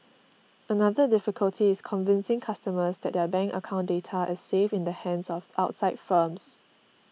another difficulty is convincing customers that their bank account data is safe in the hands of outside firms